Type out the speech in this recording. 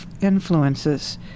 influences